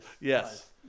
Yes